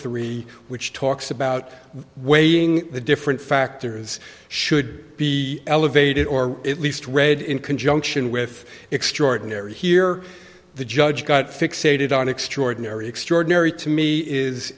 three which talks about weighing the different factors should be elevated or at least read in conjunction with extraordinary here the judge got fixated on extraordinary extraordinary to me is